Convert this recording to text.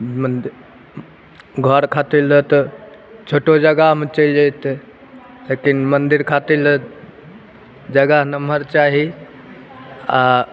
मन्दिर घर खातिर लए तऽ छोटो जगहमे चैलि जैतै लेकिन मन्दिर खातिर लए जगह नमहर चाही आ